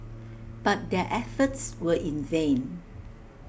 but their efforts were in vain